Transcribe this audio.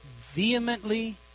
vehemently